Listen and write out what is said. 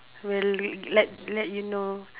will let let you know